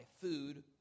food